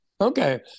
okay